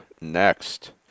next